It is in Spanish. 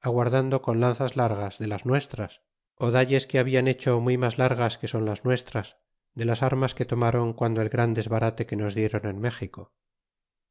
aguardando con lanzas largas de las nuestras ó dalles que hablan hecho muy mas largas que son las nuestras de las armas que tomaron guando el gran desbarate que nos dieron en méxico